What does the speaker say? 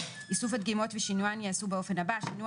איסוף הדגימות ושינוען יעשו באופן הבא: שינוע